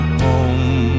home